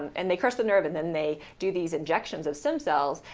and they crush the nerve and then they do these injections of stem cells,